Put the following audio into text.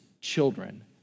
children